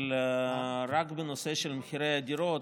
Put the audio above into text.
רק בנושא מחירי הדירות,